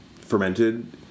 fermented